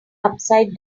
upside